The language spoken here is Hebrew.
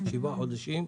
שבעה חודשים.